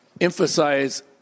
emphasize